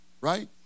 Right